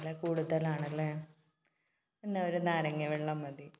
വില കൂടുതലാണല്ലേ എന്നാൽ ഒരു നാരങ്ങാ വെള്ളം മതി